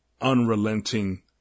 unrelenting